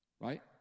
Right